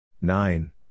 Nine